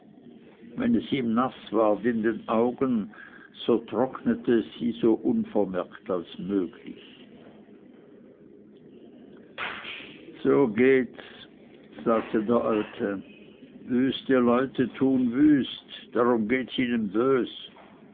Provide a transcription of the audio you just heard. wenn es ihm naß ward in den augen so trocknete es sie so unvermerkt als möglich so gehts sagte der alte wüste leute tun wüst drum gehts ihnen bös